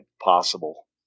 possible